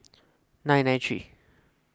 nine nine three